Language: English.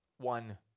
one